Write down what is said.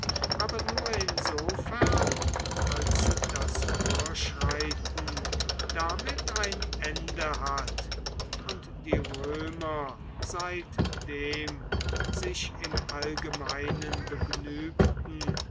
aber nur insofern als das vorschreiten damit ein ende hat und die römer seitdem sich im allgemeinen begnügten